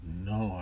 No